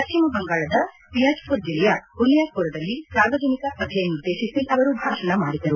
ಪಶ್ಚಿಮ ಬಂಗಾಳದ ದೀನಜ್ಪುರ್ ಜಿಲ್ಲೆಯ ಬುನಿಯಾದ್ಪುರದಲ್ಲಿ ಸಾರ್ವಜನಿಕ ಸಭೆಯನ್ನುದ್ದೇಶಿಸಿ ಅವರು ಭಾಷಣ ಮಾಡಿದರು